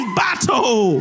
battle